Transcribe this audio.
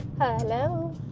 Hello